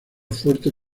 fuerte